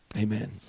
Amen